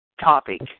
topic